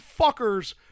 fuckers